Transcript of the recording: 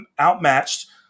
outmatched